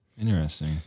interesting